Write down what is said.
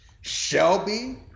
Shelby